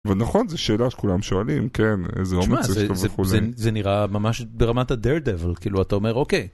אבל נכון, זו שאלה שכולם שואלים, כן, איזה אומץ יש לכם וכולי. זה נראה ממש ברמת ה-daredevil, כאילו, אתה אומר אוקיי.